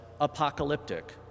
apocalyptic